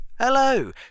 Hello